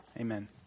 Amen